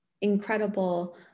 incredible